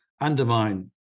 undermine